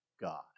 God